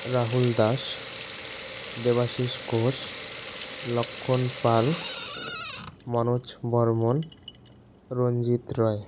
Rahul Das Debashish Ghosh Lakshman Pal Manoj Barman Ranjit Roy